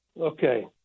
Okay